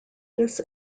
this